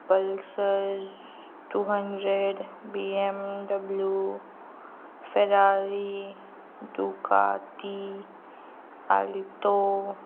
pulsar two hundred BMW Ferrari Ducati alto